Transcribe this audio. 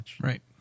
Right